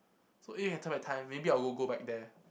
so time by time maybe I'll go back there